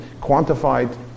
quantified